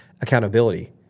accountability